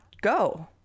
go